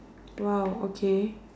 !wow! okay